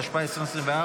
התשפ"ה 2024,